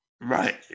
Right